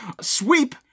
sweep